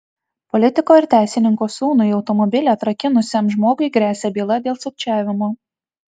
politiko ir teisininko sūnui automobilį atrakinusiam žmogui gresia byla dėl sukčiavimo